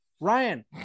Ryan